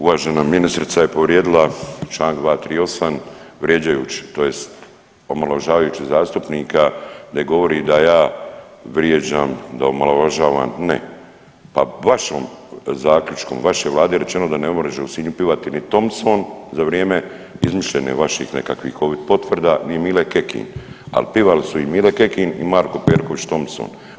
Uvažena ministrica je povrijedila čl. 238. vrijeđajući tj. omalovažavajući zastupnika gdje govori da ja vrijeđam, da omalovažavam, ne, pa vašom zaključkom vaše vlade je rečeno da ne može u Sinju pivati ni Thompson za vrijeme izmišljene vaših nekakvih covid potvrda, ni Mile Kekin, al pivali su i Mile Kekin i Marko Perković Thompson.